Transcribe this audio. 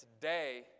today